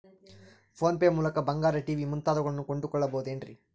Phone pay ಮೂಲಕ ಬಂಗಾರ, TV ಮುಂತಾದವುಗಳನ್ನ ಕೊಂಡು ಕೊಳ್ಳಬಹುದೇನ್ರಿ?